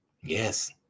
Yes